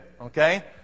okay